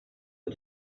que